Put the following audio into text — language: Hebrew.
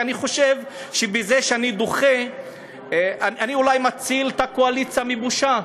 ואני חושב שבזה שאני דוחה ואולי מציל את הקואליציה מבושה,